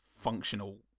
functional